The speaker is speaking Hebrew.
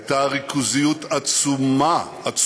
הייתה ריכוזיות עצומה, עצומה,